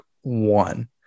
one